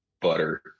butter